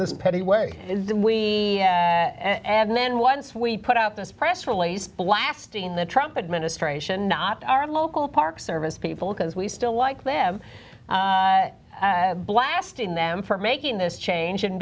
this petty way we and then once we put out this press release blasting the trump administration not our local park service people because we still like them blasting them for making this change and